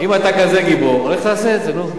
אם אתה כזה גיבור, לך תעשה את זה.